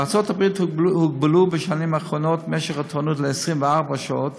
בארצות-הברית הוגבל בשנים האחרונות משך התורנות ל-24 שעות